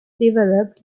developed